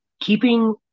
keeping